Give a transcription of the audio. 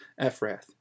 Ephrath